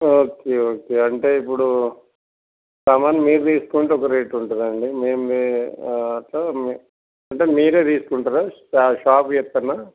okay okay అంటే ఇప్పుడు సామాన్లు మీరు తీసుకుంటే ఒక రేటు ఉంటదండి మేము అట్లా అంటే మీరే తీసుకుంటారా షాప్కి చెప్పనా